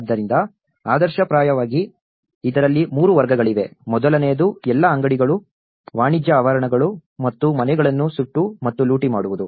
ಆದ್ದರಿಂದ ಆದರ್ಶಪ್ರಾಯವಾಗಿ ಇದರಲ್ಲಿ 3 ವರ್ಗಗಳಿವೆ ಮೊದಲನೆಯದು ಎಲ್ಲಾ ಅಂಗಡಿಗಳು ವಾಣಿಜ್ಯ ಆವರಣಗಳು ಮತ್ತು ಮನೆಗಳನ್ನು ಸುಟ್ಟು ಮತ್ತು ಲೂಟಿ ಮಾಡುವುದು